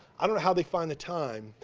i don't know how they find the time,